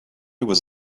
was